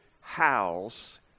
house